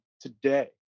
today